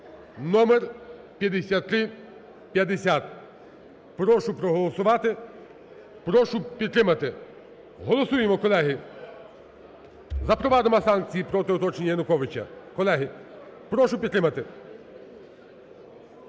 (№ 5350). Прошу проголосувати. Прошу підтримати. Голосуємо, колеги! Запровадимо санкції проти оточення Януковича! Колеги, прошу підтримати.